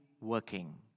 working